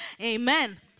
amen